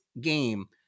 game